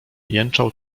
jęczał